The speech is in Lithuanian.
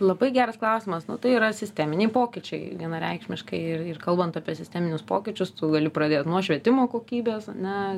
labai geras klausimas nu tai yra sisteminiai pokyčiai vienareikšmiškai ir ir kalbant apie sisteminius pokyčius tu gali pradėt nuo švietimo kokybės ane